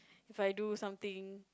if I do something